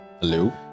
Hello